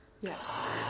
Yes